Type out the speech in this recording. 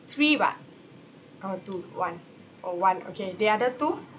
three [what] one two one orh one okay the other two